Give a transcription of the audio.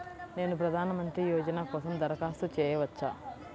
నేను ప్రధాన మంత్రి యోజన కోసం దరఖాస్తు చేయవచ్చా?